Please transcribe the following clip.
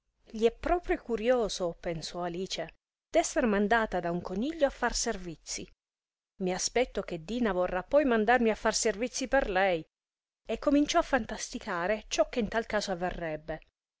gli è proprio curioso pensò alice d'esser mandata da un coniglio a far servizi mi aspetto che dina vorrà poi mandarmi a far servizi per lei e cominciò a fantasticare ciò che in tal caso avverrebbe